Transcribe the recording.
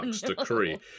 decree